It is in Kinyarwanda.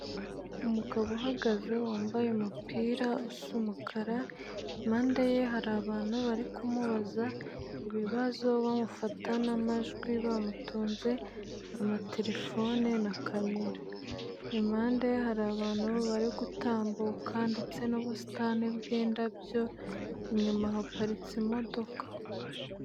Umugabo uhagaze wambaye umupira usa umukara, impande ye hari abantu bari kumubaza ibibazo bamufata n'amajwi bamutunze amatelefone na kamera, impande ye hari abantu bari gutambuka ndetse n'ubusitani bw'indabyo, inyuma haparitse imodoka.